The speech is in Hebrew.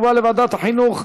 לוועדת החינוך,